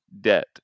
debt